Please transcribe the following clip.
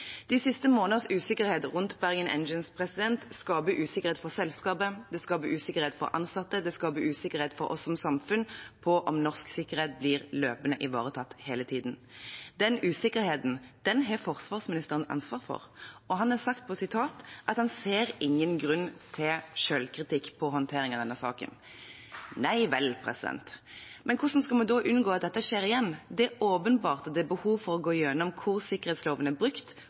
De siste måneders usikkerhet rundt Bergen Engines skaper usikkerhet for selskapet, det skaper usikkerhet for ansatte, det skaper usikkerhet for oss som samfunn for om norsk sikkerhet blir løpende ivaretatt hele tiden. Den usikkerheten har forsvarsministeren ansvar for, og han har sagt at han ser ingen grunn til selvkritikk for håndteringen av denne saken. Nei vel. Men hvordan skal vi da unngå at dette skjer igjen? Det er åpenbart at det er behov for å gå igjennom hvor sikkerhetsloven er brukt,